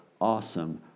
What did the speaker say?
awesome